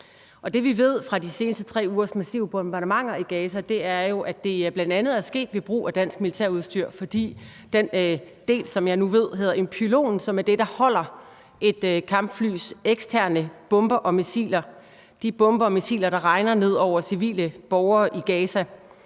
Det, vi ved fra de seneste 3 ugers massive bombardementer i Gaza, er jo, at det bl.a. er sket ved brug af dansk militærudstyr, fordi den del, som jeg nu ved hedder en pylon, som er det, der holder et kampflys eksterne bomber og missiler – de bomber og missiler, der regner ned over civile borgere i Gaza